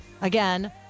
again